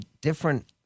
different